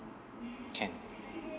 can